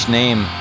name